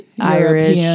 irish